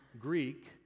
Greek